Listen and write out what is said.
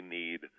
need